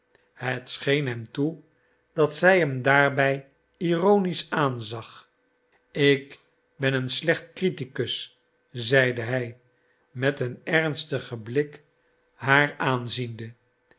het scheen hem toe dat zij hem daarbij ironisch aanzag ik ben een slecht criticus zeide hij met een ernstigen blik haar aanziende